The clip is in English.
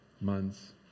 months